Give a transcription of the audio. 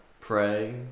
Pray